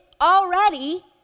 already